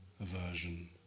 aversion